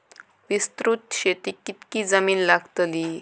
विस्तृत शेतीक कितकी जमीन लागतली?